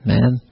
Man